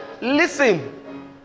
Listen